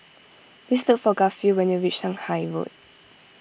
please look for Garfield when you reach Shanghai Road